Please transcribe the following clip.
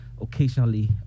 occasionally